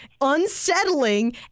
unsettling